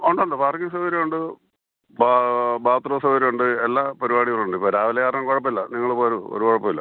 ഉണ്ട് ഉണ്ട് പാർക്കിങ്ങ് സൗകര്യം ഉണ്ട് ബാത്രൂം സൗകര്യം ഉണ്ട് എല്ലാ പരിപാടികളും ഉണ്ട് ഇപ്പോൾ രാവിലെ കാരണം കുഴപ്പം ഇല്ല നിങ്ങൾ പോര് ഒരു കുഴപ്പവും ഇല്ല